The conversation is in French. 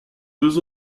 deux